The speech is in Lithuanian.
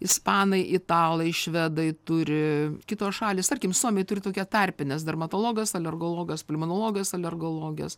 ispanai italai švedai turi kitos šalys tarkim suomiai turi tokią tarpines dermatologas alergologas pulmonologas alergologas